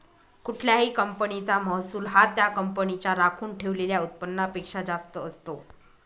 कुठल्याही कंपनीचा महसूल हा त्या कंपनीच्या राखून ठेवलेल्या उत्पन्नापेक्षा जास्त असते